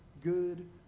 good